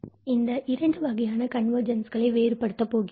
இது இந்த இரண்டு வகையான கன்வர்ஜென்ஸ்களை வேறுபடுத்த போகிறோம்